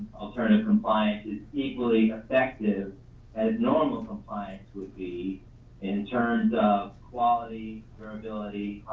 alternative compliance is equally effective as normal compliance would be in terms of quality, durability,